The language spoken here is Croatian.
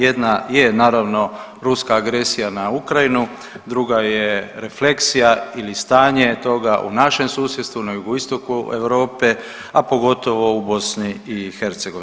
Jedna je naravno ruska agresija na Ukrajinu, druga je refleksija ili stanje toga u našem susjedstvu, na jugoistoku Europe a pogotovo u BiH.